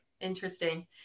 Interesting